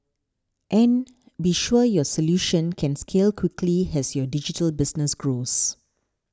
and be sure your solution can scale quickly has your digital business grows